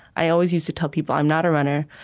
i always used to tell people, i'm not a runner.